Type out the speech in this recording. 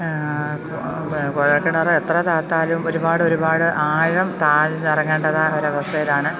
കുഴല്ക്കിണര് എത്ര താഴ്ത്തിയാലും ഒരുപാട് ഒരുപാട് ആഴം താഴ്ന്നിറങ്ങേണ്ട ഒരവസ്ഥയിലാണ്